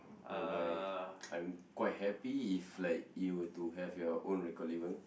whereby I'm quite happy if like you were to have your own record label